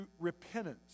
repentance